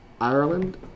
Ireland